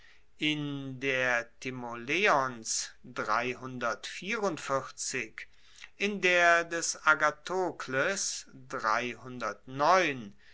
in der timaeos in der des agathokles